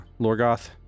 Lorgoth